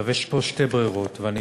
יש פה שתי ברירות, ואני